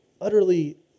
utterly